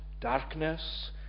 darkness